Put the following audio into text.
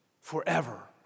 Forever